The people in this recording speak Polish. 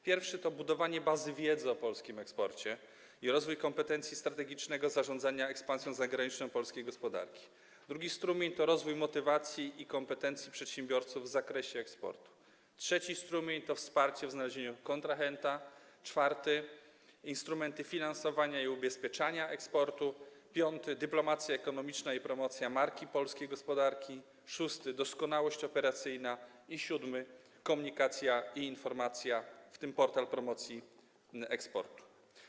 Pierwszy to budowanie bazy wiedzy o polskim eksporcie i rozwój kompetencji strategicznego zarządzania ekspansją zagraniczną polskiej gospodarki, drugi strumień to rozwój motywacji i kompetencji przedsiębiorców w zakresie eksportu, trzeci strumień to wsparcie w znalezieniu kontrahenta, czwarty - instrumenty finansowania i ubezpieczania eksportu, piąty - dyplomacja ekonomiczna i promocja Marki Polskiej Gospodarki, szósty - doskonałość operacyjna, siódmy - komunikacja i informacja, w tym Portal Promocji Eksportu.